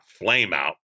flameout